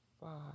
five